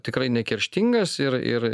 tikrai nekerštingas ir ir